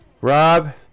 Rob